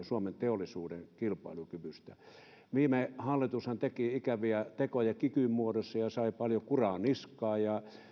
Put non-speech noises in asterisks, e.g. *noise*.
*unintelligible* suomen teollisuuden kilpailukyvystä oikeasti juttelemaan viime hallitushan teki ikäviä tekoja kiky muodossa ja ja sai paljon kuraa niskaan ja